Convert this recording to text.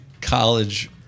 college